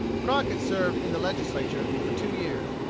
crockett served in the legislature for two years,